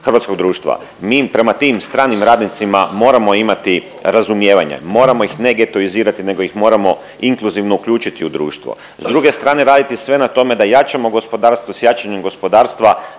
hrvatskog društva. Mi prema tim stranim radnicima moramo imati razumijevanje, moramo ih ne getoizirati nego ih moramo inkluzivno uključiti u društvo. S druge strane raditi sve na tome da jačamo gospodarstvo s jačanjem gospodarstva